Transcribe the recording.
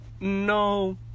no